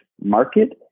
market